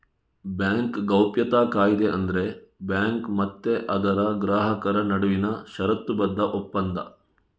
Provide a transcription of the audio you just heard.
bank ಗೌಪ್ಯತಾ ಕಾಯಿದೆ ಅಂದ್ರೆ ಬ್ಯಾಂಕು ಮತ್ತೆ ಅದರ ಗ್ರಾಹಕರ ನಡುವಿನ ಷರತ್ತುಬದ್ಧ ಒಪ್ಪಂದ